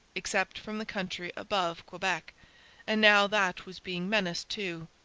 except from the country above quebec and now that was being menaced too.